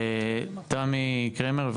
תני קרמר.